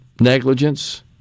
negligence